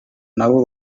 nabo